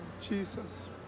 Jesus